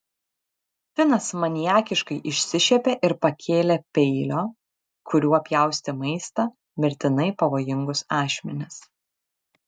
finas maniakiškai išsišiepė ir pakėlė peilio kuriuo pjaustė maistą mirtinai pavojingus ašmenis